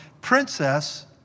princess